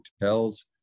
hotels